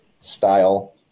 style